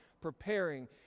preparing